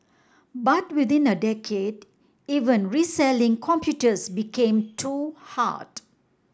but within a decade even reselling computers became too hard